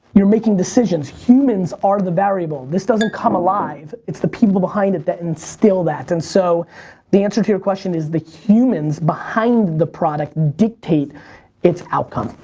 you're making decisions. humans are the variable. this doesn't come alive it's the people behind it that instill that. and so the answer to your question is the humans behind the product dictate its outcome,